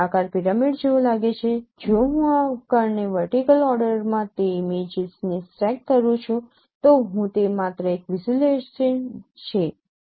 આકાર પિરામિડ જેવો લાગે છે જો હું આ કણને વર્ટીકલ ઓર્ડરમાં તે ઇમેજીસને સ્ટેક કરું છું તો હું તે માત્ર એક વિઝ્યુલાઇઝેશન છે